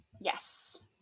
Yes